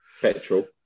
petrol